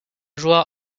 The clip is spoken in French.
joueur